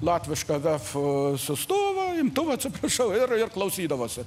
latvišką vef siųstuvą imtuvą atsiprašau ir ir klausydavosi